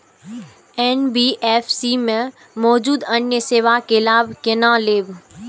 NBFC में मौजूद अन्य सेवा के लाभ केना लैब?